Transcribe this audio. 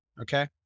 Okay